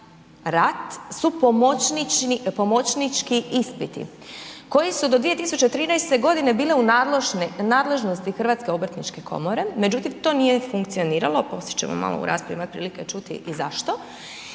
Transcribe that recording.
su pomoćnički ispiti koji su do 2013. g. bili u nadležnosti HOK-a, međutim to nije funkcioniralo, poslije ćemo u malo u raspravi imati prilike čuti i zašto